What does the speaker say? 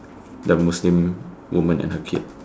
the Muslim woman and her kid